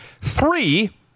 Three